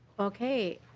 okay.